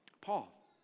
Paul